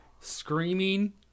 Screaming